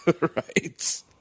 right